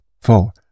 four